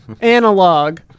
Analog